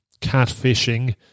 catfishing